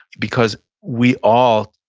because we all,